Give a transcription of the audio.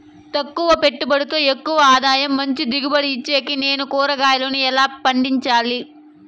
తక్కువ పెట్టుబడితో ఎక్కువగా ఆదాయం మంచి దిగుబడి ఇచ్చేకి నేను కూరగాయలను ఎలా పండించాలి?